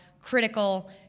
critical